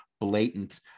blatant